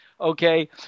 Okay